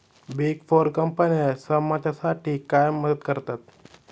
Big four कंपन्या समाजासाठी काय मदत करतात?